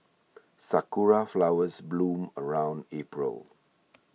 sakura flowers bloom around April